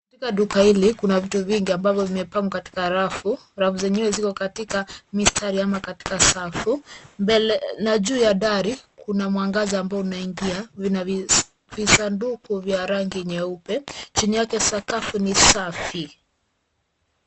Katika duka hili , kuna vitu vingi ambavyo vimepangwa katika rafu. Rafu zenyewe ziko katika mistari ama katika safu. Mbele na juu ya dari, kuna mwangaza ambao unaingia vina visanduku vya rangi nyeupe chini yake sakafu ni safi.